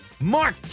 Mark